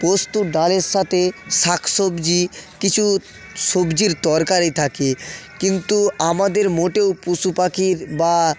পোস্ত ডালের সাথে শাক সবজি কিছু সবজির তরকারি থাকে কিন্তু আমাদের মোটেও পশু পাখির বা